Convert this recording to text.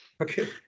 Okay